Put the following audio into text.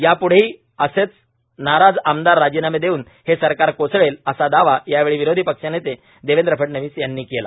याप्ढेही असेच नाराज आमदार राजीनामे देऊन हे सरकार कोसळेल असा दावा यावेळी विरोधी पक्षनेते देवेंद्र फडणवीस यांनी केला